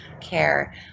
care